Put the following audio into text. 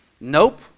Nope